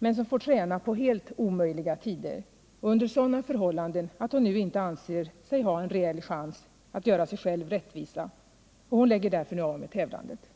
men som får träna på helt omöjliga tider och under sådana förhållanden att hon nu inte anser sig ha en reell chans att göra sig själv rättvisa. Hon lägger därför nu av med tävlandet.